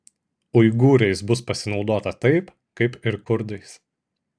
uigūrais bus pasinaudota taip kaip ir kurdais